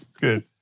Good